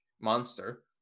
monster